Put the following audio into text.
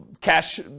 cash